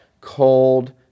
cold